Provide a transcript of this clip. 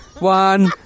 one